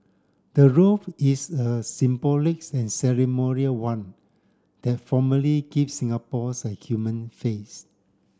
the role is a symbolic and ceremonial one that formally gives Singapore's a human face